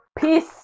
peace